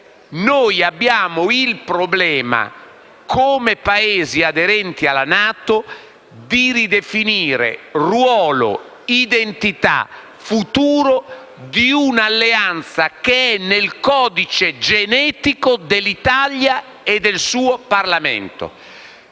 Noi abbiamo il problema, come Paese aderente alla NATO, di ridefinire ruolo, identità e futuro di un'alleanza che è nel codice genetico dell'Italia e del suo Parlamento.